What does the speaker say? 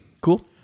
cool